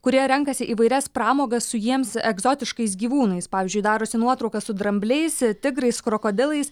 kurie renkasi įvairias pramogas su jiems egzotiškais gyvūnais pavyzdžiui darosi nuotraukas su drambliais tigrais krokodilais